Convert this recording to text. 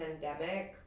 pandemic